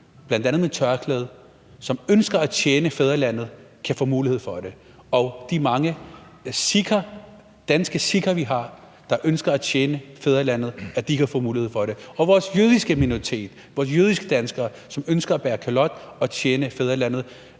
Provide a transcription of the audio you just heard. bl.a. med tørklæde, som ønsker at tjene fædrelandet, kan få mulighed for det, og de mange danske sikher, vi har, der ønsker at tjene fædrelandet, kan få mulighed for det, og vores jødiske minoritet, vores jødiske danskere, som ønsker at bære kalot og tjene fædrelandet,